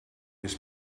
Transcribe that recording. his